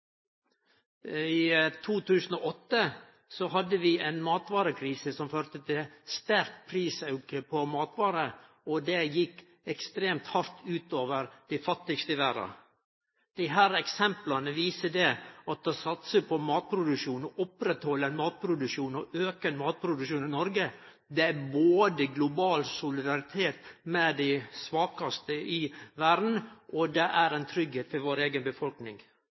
I 2008 hadde vi ei matvarekrise som førte til sterk prisauke på matvarer, og det gjekk ekstremt hardt ut over dei fattigaste i verda. Desse eksempla viser at det å satse på matproduksjon, oppretthalde ein matproduksjon og auke matproduksjonen i Noreg både er global solidaritet med dei svakaste i verda og ein tryggleik for vår eiga befolkning.